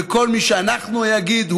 וכל מי שאנחנו, הוא